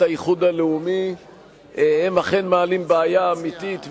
האיחוד הלאומי שהם אכן מעלים בעיה אמיתית,